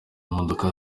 imodoka